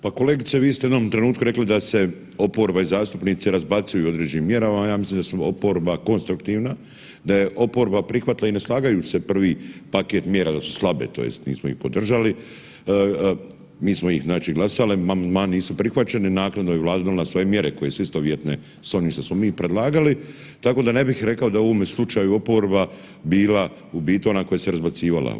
Pa kolegice vi ste u jednom trenutku rekli da se oporba i zastupnici razbacuju određenim mjerama, a ja mislim da je oporba konstruktivna, da je oporba prihvatila i ne slagajući se prvi paket mjera da su slabe tj. nismo ih podržali, mi smo ih znači glasali, amandmani nisu prihvaćeni, naknadno je Vlada donijela svoje mjere koje su istovjetne s onim što smo mi predlagali, tako da ne bih rekao da u ovome slučaju oporba bila u biti ona koja se razbacivala.